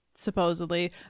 supposedly